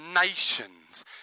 nations